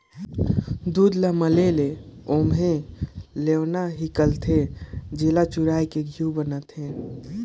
दूद ल मले ले ओम्हे लेवना हिकलथे, जेला चुरायके घींव बनाथे